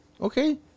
Okay